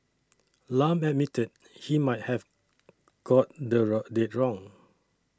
Lam admitted he might have got the road date wrong